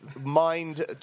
mind